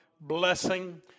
blessing